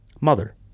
Mother